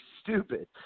stupid